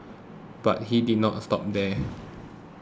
but he did not stop there